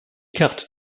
cartes